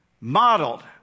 modeled